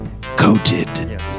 Coated